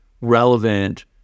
relevant